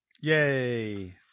Yay